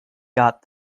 got